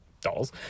dolls